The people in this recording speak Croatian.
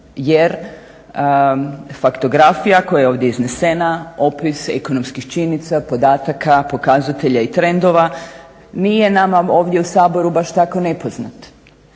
jer faktografija koja je ovdje iznesena, opis ekonomskih činjenica, podataka, pokazatelja i trendova nije nama ovdje u Saboru baš tako nepoznat.